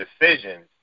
decisions